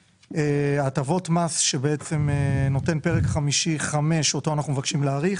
הטבות המס שנותן פרק חמישי אותו אנחנו מבקשים להאריך